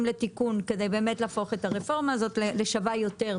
לתיקון כדי להפוך את הרפורמה הזאת לשווה יותר.